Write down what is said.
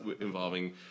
involving